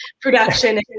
production